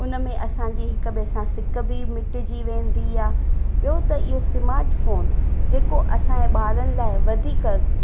उनमें असांजी हिक ॿिए सां सिक बि मिटिजी वेंदी आहे ॿियो त इहो स्मार्ट फ़ोन जेको असांजे ॿारनि लाइ वधीक